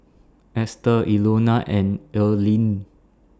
Estel Ilona and Earlean